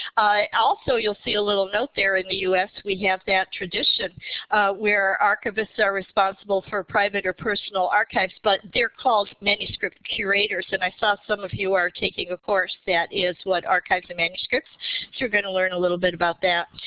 also, you'll see a little note there in the u s. we have that tradition where archivists are responsible for private or personal archives. but they're called manuscript curators. and i saw some of you are taking a course that is, what archives and manuscripts, so you're going to learn a little bit about that.